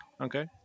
Okay